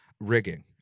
rigging